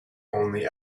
only